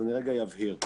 אז אני רגע אבהיר.